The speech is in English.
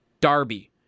Darby